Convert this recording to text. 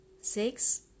Six